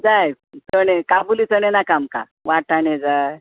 जाय काबुली चणें नाका आमकां वाटाणें जाय